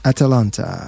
Atalanta